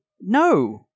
No